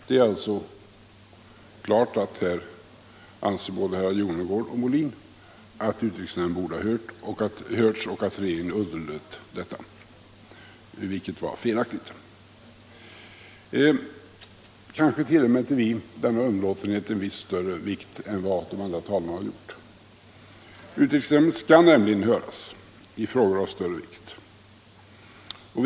Det är alltså klart att både herr Jonnergård och herr Molin anser att utrikesnämnden borde ha hörts och regeringen underlät detta, vilket var felaktigt. Kanske tillmäter vi denna underlåtenhet något större vikt än 65 vad de andra talarna har gjort. Utrikesnämnden skall nämligen höras i frågor av större vikt.